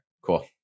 Cool